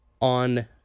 on